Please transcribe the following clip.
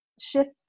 shift